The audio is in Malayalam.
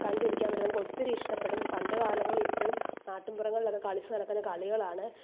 കണ്ടിരിക്കാൻ പറ്റും നമുക്ക് ഒത്തിരി ഇഷ്ടപ്പെടും പണ്ട് കാലങ്ങളിൽ ഇപ്പോഴും നാട്ടിൻപുറങ്ങളിൽ ഒക്കെ കളിച്ചു നടക്കുന്ന കളികളാണ്